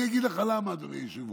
אני אגיד לך להגיד למה, אדוני היושב-ראש.